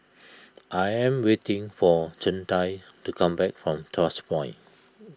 I am waiting for Chantal to come back from Tuas Point